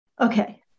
okay